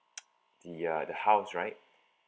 the uh the house right